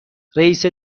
رئیس